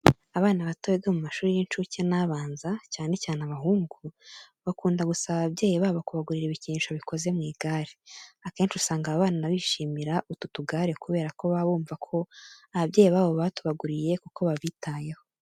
Abana bato biga mu mashuri y'incuke n'abanza cyane cyane abahungu bakunda gusaba ababyeyi babo kubagurira ibikinisho bikoze mu igare. Akenshi usanga aba bana bishimira utu tugare kubera ko baba bumva ko ababyeyi babo batubaguriye koko babitayeho.